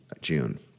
June